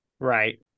Right